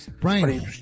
Brian